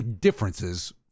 differences